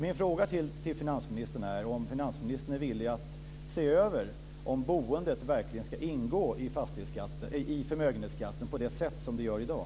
Min fråga till finansministern är om finansministern är villig att se över om boendet verkligen ska ingå i förmögenhetsskatten på det sätt som det gör i dag.